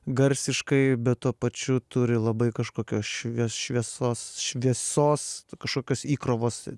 garsiškai bet tuo pačiu turi labai kažkokios švie šviesos šviesos kažkokios įkrovos